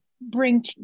bring